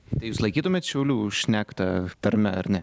tai jūs laikytumėt šiaulių šnektą tarme ar ne